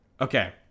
Okay